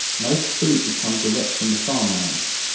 most food would come direct from the farm lands,